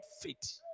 fit